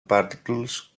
particles